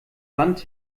wand